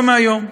לא מהיום.